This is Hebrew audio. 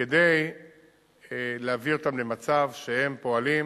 כדי להביא אותם למצב שהם פועלים